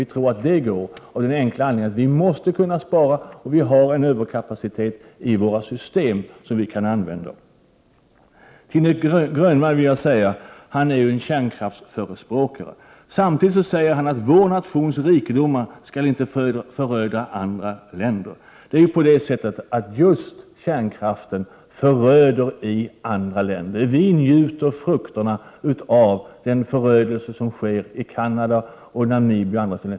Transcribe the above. Vi tror att den går att genomföra av den enkla anledningen att vi måste kunna spara och vi har en överkapacitet i våra system som vi kan använda. Nic Grönvall är ju en kärnkraftsförespråkare, men samtidigt säger han att vår nations rikedomar inte skall föröda andra länder. Det är ju på det sättet att just kärnkraften föröder i andra länder. Vi njuter frukterna av den förödelse som sker i Canada, Namibia och på andra håll.